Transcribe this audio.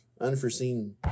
unforeseen